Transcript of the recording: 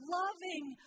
loving